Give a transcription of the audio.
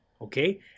okay